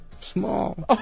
small